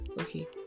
okay